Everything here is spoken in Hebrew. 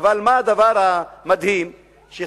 גם עיריית לוד לא מוכנה לקבל אותו כשכונה של